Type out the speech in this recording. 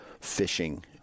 fishing